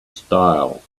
style